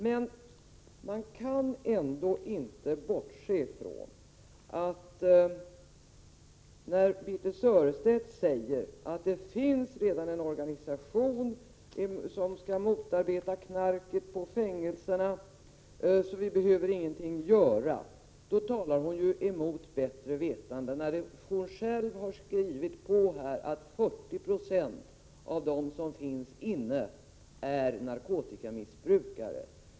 Men man kan ändå inte bortse från att när Birthe Sörestedt säger att det redan finns en organisation som skall motarbeta knarket på fängelserna och att vi därför inte behöver göra någonting, så talar hon mot bättre vetande. Hon har ju = Prot. 1987/88:110 själv skrivit på att 40 26 av dem som sitter inne är narkotikamissbrukare.